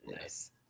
nice